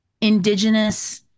indigenous